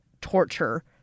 torture